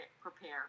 prepare